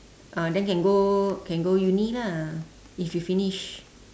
ah then can go can go uni lah if you finish